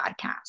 Podcast